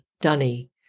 Dunny